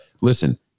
listen